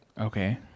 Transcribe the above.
Okay